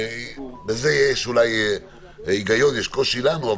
בזה יש אולי היגיון, יש קושי לנו.